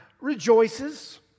rejoices